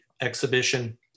exhibition